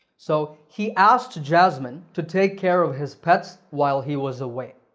so, he asked jazmyn to take care of his pets while he was away.